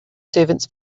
servants